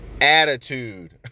Attitude